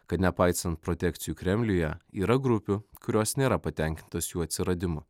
kad nepaisant protekcijų kremliuje yra grupių kurios nėra patenkintos jų atsiradimu